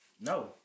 No